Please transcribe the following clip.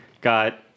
got